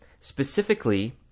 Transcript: Specifically